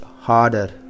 Harder